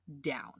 down